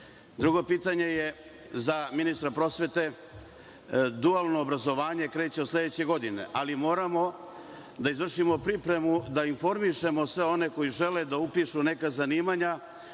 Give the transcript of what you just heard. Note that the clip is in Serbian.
pitanje je za ministra prosvete. Dualno obrazovanje kreće od sledeće godine, ali moramo da izvršimo pripremu da informišemo sve one koji žele da upišu neka zanimanja